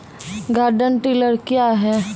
Garden tiller क्या हैं?